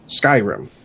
Skyrim